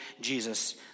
Jesus